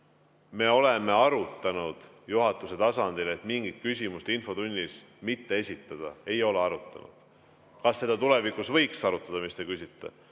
me oleme arutanud juhatuse tasandil, et mingit küsimust infotunnis mitte esitada. Ei ole arutanud. Kas seda tulevikus võiks arutada, mis te küsite?